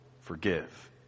forgive